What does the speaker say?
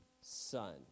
son